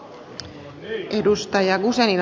arvoisa rouva puhemies